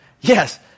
Yes